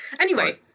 anyway.